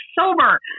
sober